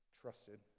trusted